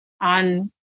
on